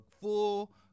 full